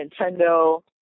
Nintendo